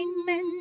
amen